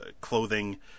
clothing